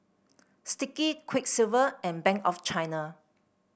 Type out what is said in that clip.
Sticky Quiksilver and Bank of China